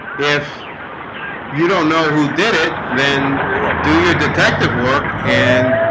if you don't know who did it then do your detective work and?